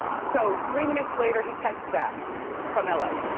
so three minutes later, he texts back from ah like